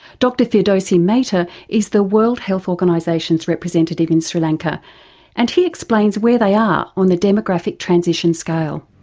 dr firdosi metha is the world health organisation's representative in sri lanka and he explains where they are on the demographic transition scale.